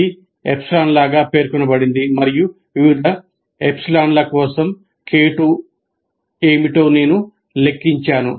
అది ఎప్సిలాన్గా పేర్కొనబడింది మరియు వివిధ ఎప్సిలాన్ల కోసం K2 ఏమిటో నేను లెక్కించాను